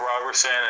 Roberson